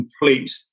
complete